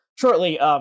shortly